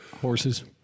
Horses